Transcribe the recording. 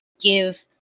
give